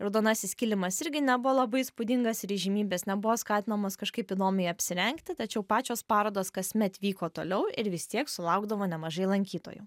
raudonasis kilimas irgi nebuvo labai įspūdingas ir įžymybės nebuvo skatinamos kažkaip įdomiai apsirengti tačiau pačios parodos kasmet vyko toliau ir vis tiek sulaukdavo nemažai lankytojų